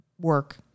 work